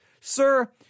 Sir